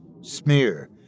smear